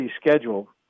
schedule